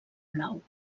blau